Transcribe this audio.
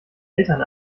eltern